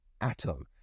atom